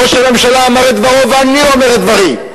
ראש הממשלה אמר את דברו ואני אומר את דברי.